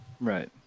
Right